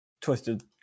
Twisted